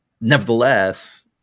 nevertheless